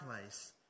place